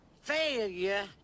failure